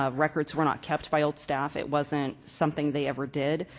ah records were not kept by old staff. it wasn't something they ever did.